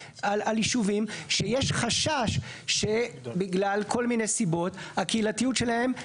על יישובים שיש חשש שבגלל כל מיני סיבות הקהילתיות שלהם,